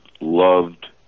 loved